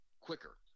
quicker